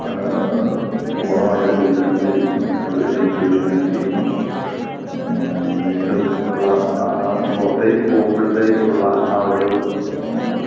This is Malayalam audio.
ഫോണുമായിട്ട് വീട്ടിനകത്തിരിക്കുന്നു അതുവഴി നെറ്റ് വഴി കണക്ടെയ്യുന്നു വീണ്ടും ഉള്ള പുറത്തേക്ക് പോകുമ്പോഴത്തേക്കുള്ള ആ ഒരു